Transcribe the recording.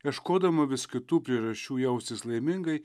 ieškodama vis kitų priežasčių jaustis laimingai